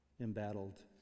embattled